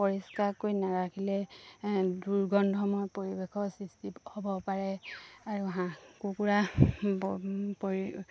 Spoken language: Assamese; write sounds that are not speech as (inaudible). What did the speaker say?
পৰিষ্কাৰ কৰি নাৰাখিলে দুৰ্গন্ধময় পৰিৱেশৰ সৃষ্টি হ'ব পাৰে আৰু হাঁহ কুকুৰা (unintelligible) পৰি